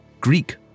Greek